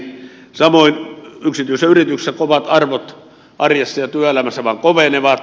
samoin yksityisissä yrityksissä kovat arvot arjessa ja työelämässä vaan kovenevat